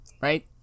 right